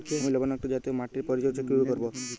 আমি লবণাক্ত জাতীয় মাটির পরিচর্যা কিভাবে করব?